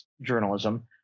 journalism